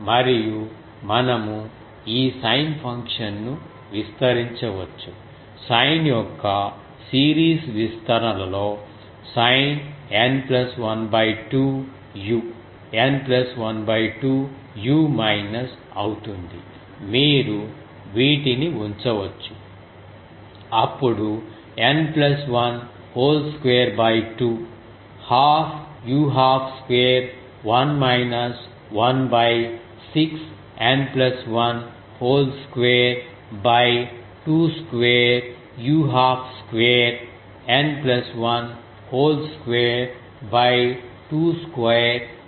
మరియు మనము ఈ సైన్ ఫంక్షన్ ను విస్తరించవచ్చు సైన్ యొక్క సిరీస్ విస్తరణలో sin N 1 2 u N 1 2 u minus అవుతుంది మీరు వీటిని ఉంచవచ్చు అప్పుడు N 1 whole square 2 half u 1 2 square 1 minus 1 6 N 1 whole square 2 2 u 1 2 square N 1 whole square 2 2 u 1 2స్క్వేర్ 2